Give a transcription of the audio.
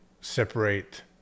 separate